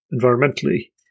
environmentally